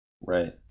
Right